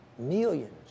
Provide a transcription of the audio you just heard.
Millions